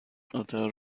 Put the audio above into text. قطار